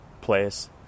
place